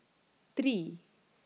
three